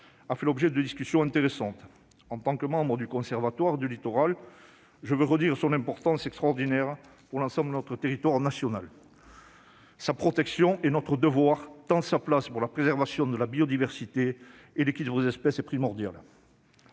a fait l'objet de discussions intéressantes. En tant que membre du Conservatoire du littoral, j'insiste une nouvelle fois sur l'extraordinaire importance de celui-ci pour l'ensemble du territoire national. Sa protection est notre devoir, tant sa place pour la préservation de la biodiversité et l'équilibre des espèces est primordiale.